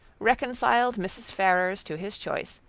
reconciled mrs. ferrars to his choice,